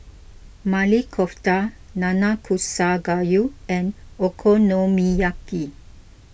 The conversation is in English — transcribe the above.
Maili Kofta Nanakusa Gayu and Okonomiyaki